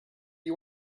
you